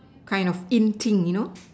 kind of in thing you know